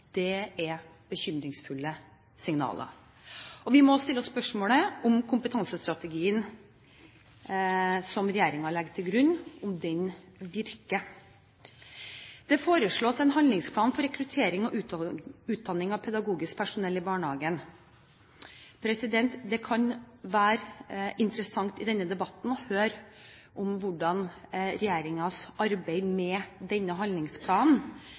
Det er bekymringsfulle signaler. Vi må stille oss spørsmålet om kompetansestrategien som regjeringen legger til grunn, virker. Det foreslås en handlingsplan for rekruttering og utdanning av pedagogisk personell i barnehagen. Det kunne vært interessant i denne debatten å høre hvordan regjeringens arbeid med denne handlingsplanen